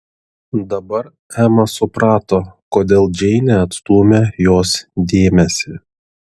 dabar ema suprato kodėl džeinė atstūmė jos dėmesį